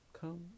come